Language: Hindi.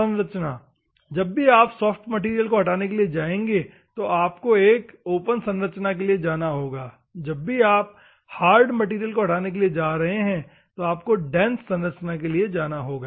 संरचना जब भी आप सॉफ्ट मैटेरियल को हटाने जाएंगे तो आप आपको एक खुली संरचना के लिए जाना होगा जब भी आप हार्ड मैटेरियल को हटाने जा रहे हैं तो आपको घनी संरचना के लिए जाना होगा